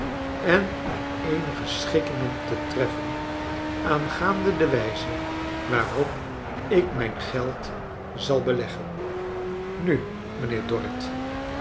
en om eenige schikkingen te treffen aangaande de wijze waarop ik mijn geld zal beleggen nu mijnheer dorrit